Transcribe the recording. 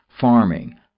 farming